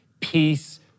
peace